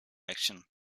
action